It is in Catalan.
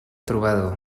trobador